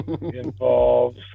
involves